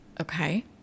Okay